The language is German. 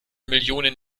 millionen